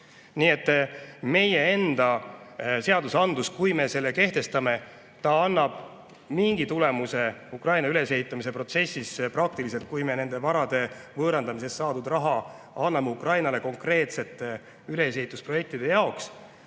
Nii et meie enda seadusandlus, kui me selle kehtestame, annab mingi tulemuse Ukraina ülesehitamise protsessis praktiliselt, kui me nende varade võõrandamisest saadud raha anname Ukrainale konkreetsete ülesehitusprojektide jaoks.